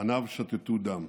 פניו שתתו דם.